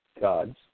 gods